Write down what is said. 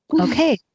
Okay